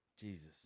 Jesus